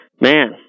Man